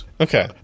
Okay